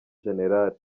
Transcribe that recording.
jenerali